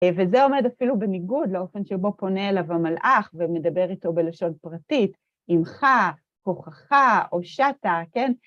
וזה עומד אפילו בניגוד לאופן שבו פונה אליו המלאך ומדבר איתו בלשון פרטית, עמך, כוחך או הושעת, כן?